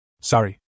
Sorry